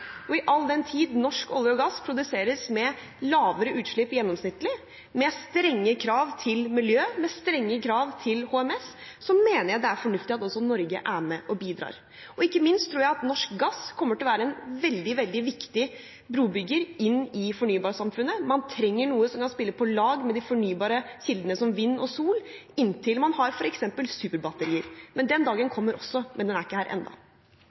land. Og all den tid norsk olje og gass produseres med lavere utslipp gjennomsnittlig, med strenge krav til miljø og strenge krav til HMS, så mener jeg det er fornuftig at også Norge er med og bidrar. Ikke minst tror jeg at norsk gass kommer til å være en veldig, veldig viktig brobygger inn i fornybarsamfunnet. Man trenger noe som kan spille på lag med de fornybare kildene, som vind og sol, inntil man har f.eks. superbatterier. Den dagen kommer også, men den er ikke her